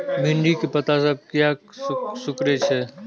भिंडी के पत्ता सब किया सुकूरे छे?